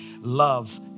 Love